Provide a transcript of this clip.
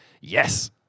Yes